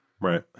Right